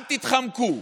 אל תתחמקו,